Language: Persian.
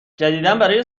جدیدابرای